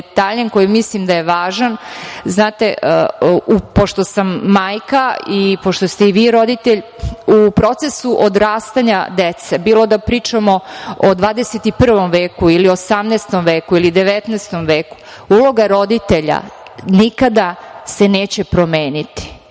detaljem za koji mislim da je važan, znate, pošto sam majka i pošto ste i vi roditelj, u procesu odrastanja dece, bilo da pričamo o 21. veku ili 18. veku ili 19. veku, uloga roditelja nikada se neće promeniti.